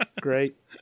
great